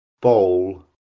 Bowl